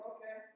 Okay